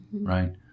right